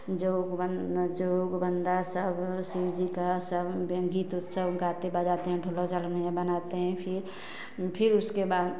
जो बन जो बन्दा सब वह शिवजी का सब गीत उत गाते बजाते हैं ढोलक झाल में बजाते हैं फिर फिर उसके बाद